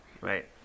right